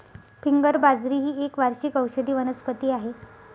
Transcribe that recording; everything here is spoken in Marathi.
फिंगर बाजरी ही एक वार्षिक औषधी वनस्पती आहे